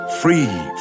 free